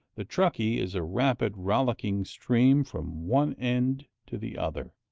the truckee is a rapid, rollicking stream from one end to the other,